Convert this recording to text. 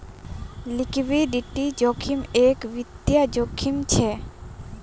liquidity जोखिम एक वित्तिय जोखिम छे